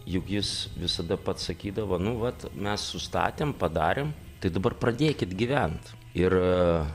juk jis visada pats sakydavo nu vat mes sustatėm padarėm tai dabar pradėkit gyvent ir